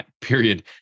period